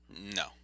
No